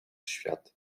świat